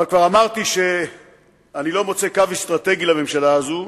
אבל כבר אמרתי שאני לא מוצא קו אסטרטגי לממשלה הזו,